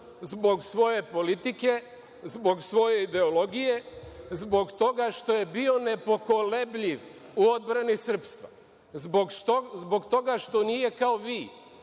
zbog svoje politike, zbog svoje ideologije, zbog toga što je bio nepokolebljiv u odbrani srpstva. Zbog toga što nije kao vi